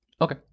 Okay